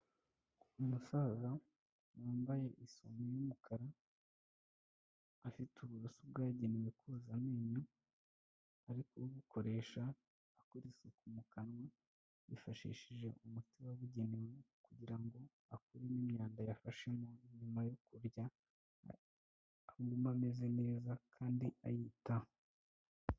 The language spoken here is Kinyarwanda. Umusaza wambaye isume y'umukara afite uburoso bwagenewe koza amenyo, ari kubukoresha akora isuku mu kanwa yifashishije umuti wabugenewe kugira ngo akuremo imyanda yafashemo nyuma yo kurya agume ameze neza kandi ayitaho.